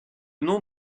nom